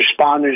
responders